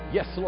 Yes